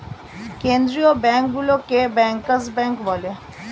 কেন্দ্রীয় ব্যাঙ্কগুলোকে bankers bank বলে